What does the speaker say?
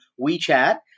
WeChat